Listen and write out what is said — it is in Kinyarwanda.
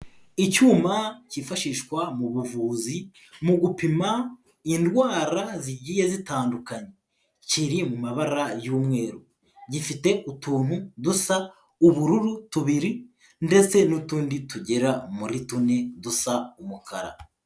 Icyuma kifashishwa mu buvuzi mu gupima indwara zigiye zitandukanye, kiri mu mabara y'umweru, gifite utuntu dusa ubururu tubiri ndetse n'utundi tugera muri tune dusa umukara.